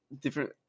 Different